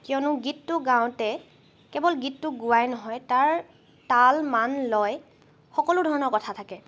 কিয়নো গীতটো গাওঁতে কেৱল গীতটো গোৱাই নহয় তাৰ তাল মান লয় সকলো ধৰণৰ কথা থাকে